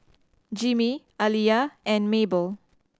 Jimmie Aliya and Mabel